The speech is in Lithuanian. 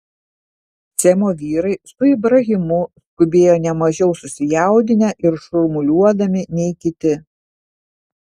semo vyrai su ibrahimu skubėjo ne mažiau susijaudinę ir šurmuliuodami nei kiti